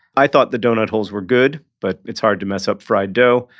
i thought the donut holes were good but it's hard to mess up fried dough.